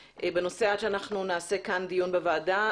בנושא עד שאנחנו נעשה כאן דיון בוועדה.